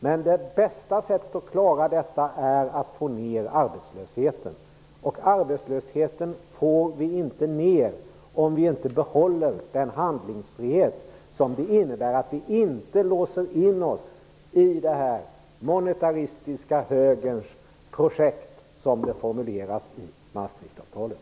Men det bästa sättet att klara detta är att få ner arbetslösheten, och den får vi inte ner om vi inte behåller den handlingsfrihet som det innebär att vi inte låser in oss i denna monetaristiska högerns projekt, som det formuleras i Maastrichtavtalet.